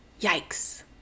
Yikes